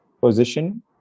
position